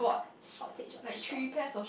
shortage of shorts